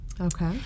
Okay